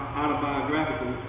autobiographical